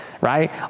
right